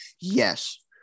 Yes